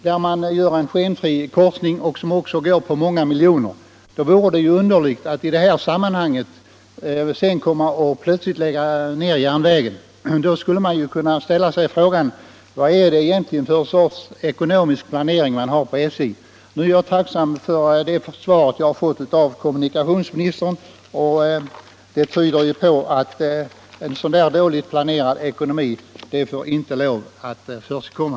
Det är fråga om en skenfri korsning som även den kostar några miljoner kronor. Det vore underligt att mot den bakgrunden plötsligt lägga ned järnvägen. Man skulle under sådana förhållanden kunna ställa frågan vad för sorts ekonomisk planering SJ har. Jag är tacksam för det svar jag fått av kommunikationsministern. Det tyder på att en så dåligt planerad ekonomi inte får lov att förekomma.